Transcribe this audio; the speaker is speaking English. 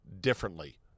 differently